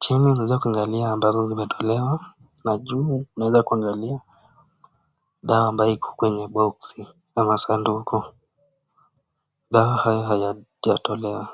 chini unaweza kuangalia ambazo zimetolewa, na juu unaweza kuangalia, dawa ambayo iko kwenye boxi, ama sanduku, dawa haya hayajatolewa.